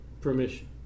permission